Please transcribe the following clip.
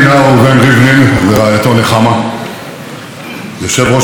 יושב-ראש הכנסת יולי אדלשטיין ורעייתו אירינה,